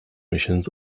missions